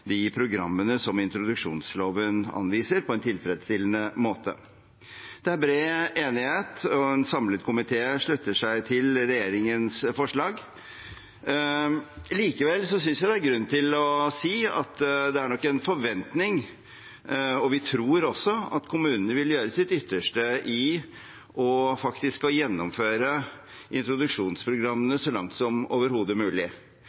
de programmene som introduksjonsloven anviser, på en tilfredsstillende måte. Det er bred enighet, og en samlet komité slutter seg til regjeringens forslag. Likevel synes jeg det er grunn til å si at det er en forventning om, og vi tror også, at kommunene vil gjøre sitt ytterste og faktisk gjennomføre introduksjonsprogrammet så langt som overhodet mulig.